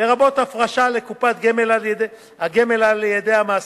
לרבות הפרשה לקופת הגמל על-ידי המעסיק,